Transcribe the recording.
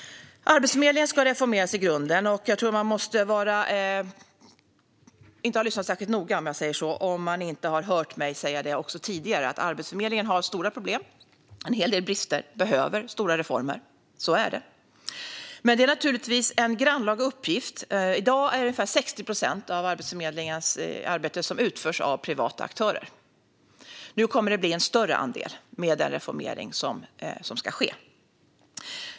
Arbetsförmedlingen ska reformeras i grunden. Man kan inte ha lyssnat särskilt noga om man inte har hört mig säga också tidigare att Arbetsförmedlingen har stora problem och en hel del brister och behöver stora reformer. Så är det. Men det är naturligtvis en grannlaga uppgift. I dag är det ungefär 60 procent av Arbetsförmedlingens arbete som utförs av privata aktörer. Med den reformering som nu ska ske kommer det att bli en större andel.